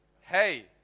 hey